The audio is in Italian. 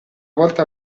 volta